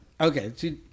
Okay